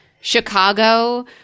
Chicago